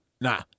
nah